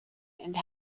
and